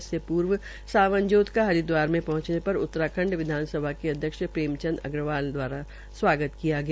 इससे पूर्व सावन जोत का हरिद्वार में पहुंचने पर उत्तराखंड विधानसभा के अध्यक्ष प्रेमचंद अग्रवाल द्वारा स्वागत किया गया